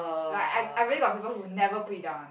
like I I really got people who never put it down one